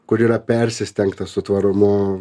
kur yra persistengta su tvarumu